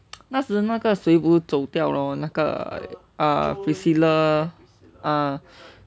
那时那个谁不是走掉咯那个 eh priscilla ah